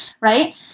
Right